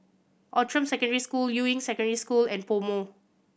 Outram Secondary School Juying Secondary School and PoMo